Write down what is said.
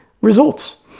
results